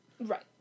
Right